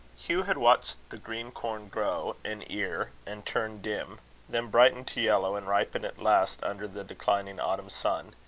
hugh had watched the green corn grow, and ear, and turn dim then brighten to yellow, and ripen at last under the declining autumn sun,